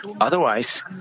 Otherwise